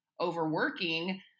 overworking